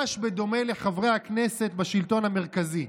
בדומה לחברי הכנסת בשלטון המרכזי.